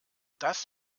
das